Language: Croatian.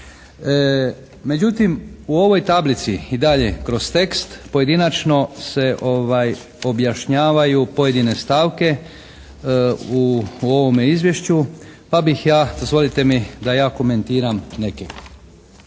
Međutim, u ovoj tablici i dalje kroz tekst pojedinačno se objašnjavaju pojedine stavke u ovome izvješću pa bih ja, dozvolite mi da ja komentiram neke.